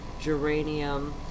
geranium